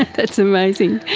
that's amazing.